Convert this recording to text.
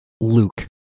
Luke